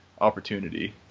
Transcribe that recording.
opportunity